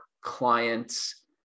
clients